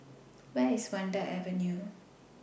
Where IS Vanda Avenue